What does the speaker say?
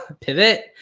pivot